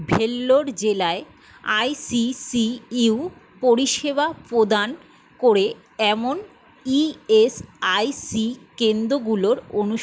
ভেল্লোর জেলায় আইসিসিইউ পরিষেবা প্রদান করে এমন ইএসআইসি কেন্দ্রগুলোর অনুসন্ধান করুন